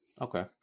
Okay